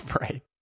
Right